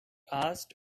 asked